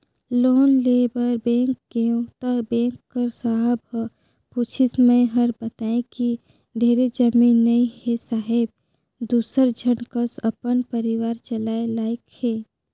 loan लेय बर bank गेंव त बेंक कर साहब ह पूछिस मै हर बतायें कि ढेरे जमीन नइ हे साहेब दूसर झन कस अपन परिवार चलाय लाइक हे